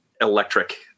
electric